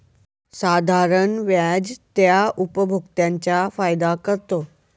साधारण व्याज त्या उपभोक्त्यांचा फायदा करतो